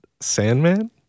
Sandman